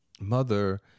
mother